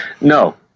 No